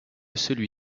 celui